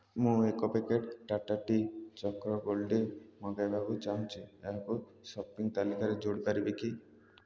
ମୁଁ ଏକ packet Tata tea Chakra gold tea ମଗାଇବାକୁ ଚାହୁଁଛି ଏହାକୁ ସପିଙ୍ଗ ତାଲିକାରେ ଯୋଡ଼ି ପାରିବେ କି